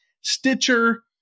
Stitcher